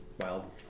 Wild